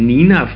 Nina